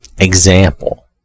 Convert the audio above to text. example